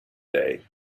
day